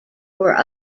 were